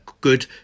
good